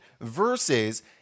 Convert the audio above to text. versus